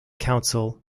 council